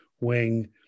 wing